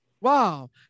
Wow